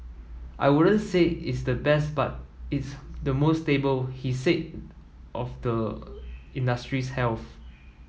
I wouldn't say it's the best but it's the most stable he said of the industry's health